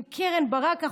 עם קרן ברק,